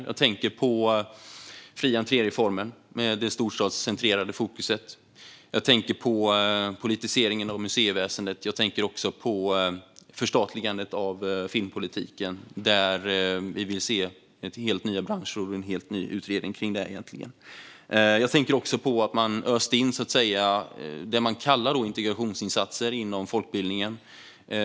Jag tänker på fri-entré-reformen med det storstadscentrerade fokuset. Jag tänker på politiseringen av museiväsendet. Jag tänker också på förstatligandet av filmpolitiken. Där vill vi se helt nya branscher och egentligen en helt ny utredning. Jag tänker även på att man öste in det man kallar integrationsinsatser inom folkbildningen.